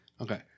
Okay